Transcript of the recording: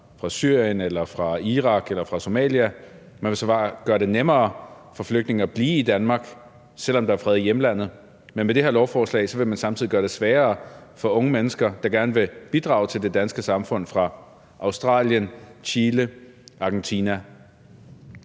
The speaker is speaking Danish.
fra Irak eller fra Somalia – man vil sågar gøre det nemmere for flygtninge at blive i Danmark, selv om der er fred i hjemlandet – og på den anden side vil man med det her lovforslag samtidig gøre det sværere for unge mennesker, der gerne vil bidrage til det danske samfund, og som kommer fra Australien, Chile, Argentina.